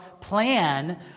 plan